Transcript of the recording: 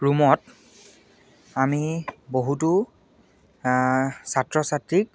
ৰুমত আমি বহুতো ছাত্ৰ ছাত্ৰীক